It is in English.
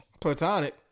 Platonic